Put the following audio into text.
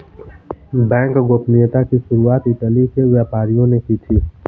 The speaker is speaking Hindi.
बैंक गोपनीयता की शुरुआत इटली के व्यापारियों ने की थी